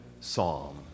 psalm